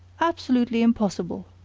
absolutely impossible!